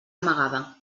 amagada